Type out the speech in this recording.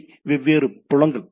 இவை வெவ்வேறு புலங்கள்